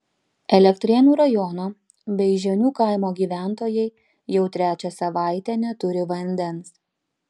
elektrėnų rajono beižionių kaimo gyventojai jau trečią savaitę neturi vandens